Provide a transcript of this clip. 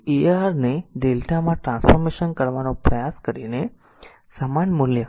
તેથી a R ને Δ માં ટ્રાન્સફોર્મેશન કરવાનો પ્રયાસ કરીને સમાન મૂલ્ય Ra Rb Rc મળશે